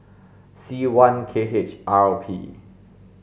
C one K H R P